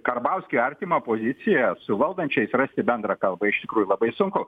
karbauskiui artimą poziciją su valdančiais rasti bendrą kalbą iš tikrųjų labai sunku